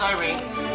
Irene